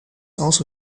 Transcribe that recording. also